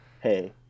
Hey